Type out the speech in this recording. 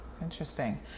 interesting